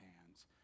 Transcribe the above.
hands